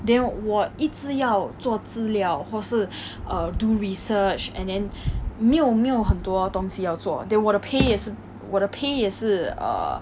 then 我一直要做资料或是 err do research and then 没有没有很多东西要做 then 我的 pay 也是 err